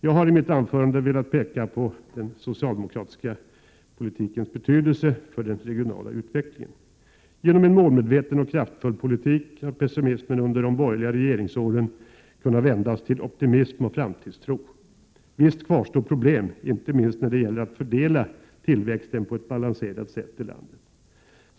Jag har i mitt anförande velat peka på den socialdemokratiska politikens betydelse för den regionala utvecklingen. Genom en målmedveten och kraftfull politik har pessimismen under de borgerliga regeringsåren kunnat vändas till optimism och framtidstro. Visst kvarstår problem, inte minst när det gäller att fördela tillväxten på ett balanserat sätt i landet.